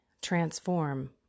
transform